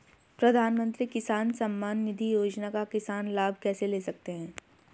प्रधानमंत्री किसान सम्मान निधि योजना का किसान लाभ कैसे ले सकते हैं?